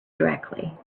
directly